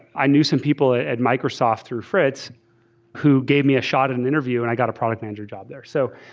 i knew some people at microsoft through fritz who gave me a shot at an interview and i got a product manager job there. so